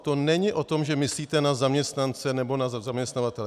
To není o tom, že myslíte na zaměstnance nebo na zaměstnavatele.